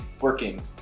working